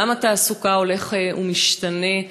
עולם התעסוקה הולך ומשתנה,